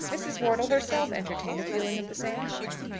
mrs. wortle herself entertained a feeling of the same kind.